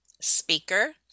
speaker